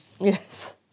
Yes